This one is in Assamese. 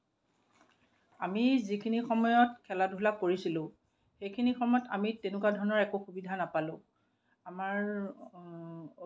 আমি যিখিনি সময়ত খেলা ধূলা কৰিছিলোঁ সেইখিনি সময়ত আমি তেনেকুৱা ধৰণৰ একো সুবিধা নেপালো আমাৰ